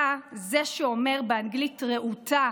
אתה זה שאומר באנגלית רהוטה